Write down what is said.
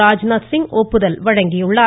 ராஜ்நாத்சிங் ஒப்புதல் வழங்கியுள்ளார்